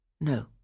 No